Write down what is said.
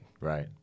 right